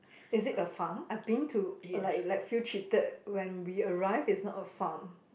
is it a farm I been to like like feel cheated when we arrive it's not a farm